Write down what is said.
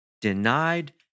denied